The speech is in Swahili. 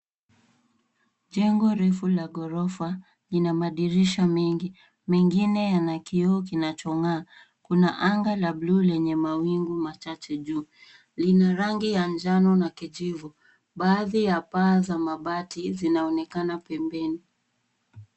Jengo refu la ghorofa lina madirisha mengi, mengine yana kioo kinachongaa. Kuna anga la buluu lenye mawingu machache juu. Lina rangi ya njano na kijivu. Baadhi ya paa za mabati zinaonekana pembeni.